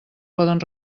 poden